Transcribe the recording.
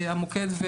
המוקד,